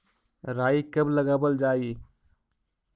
राई कब लगावल जाई?